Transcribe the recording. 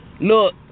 Look